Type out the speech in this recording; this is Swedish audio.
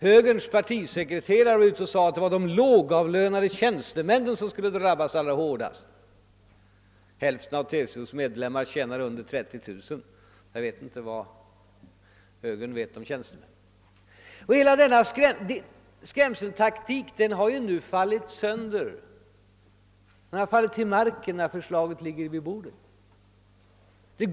Högerns partisekreterare sade att de lågavlönade tjänstemännen skulle drabbas allra hårdast. Hälften av TCO:s medlemmar tjänar under 30 000, men jag vet inte vad de moderata känner till om tjänstemännen. Hela denna skrämseltaktik har ju nu fallit till marken då förslaget ligger på bordet.